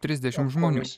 trisdešim žmonių